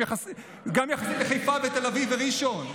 גם יחסית לחיפה ותל אביב וראשון.